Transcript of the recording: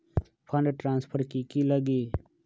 Fund transfer कि की लगी?